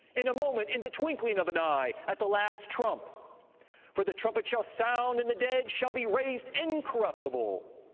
in a moment, in the twinkling of an eye, at the last trump for the trumpet shall sound, and the dead shall be raised incorruptible,